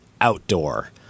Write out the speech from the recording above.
outdoor